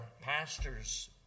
pastors